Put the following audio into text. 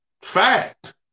Fact